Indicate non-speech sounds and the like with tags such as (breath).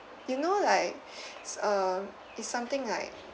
you know like (breath) uh is something like